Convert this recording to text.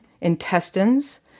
intestines